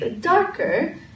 darker